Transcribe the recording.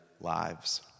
lives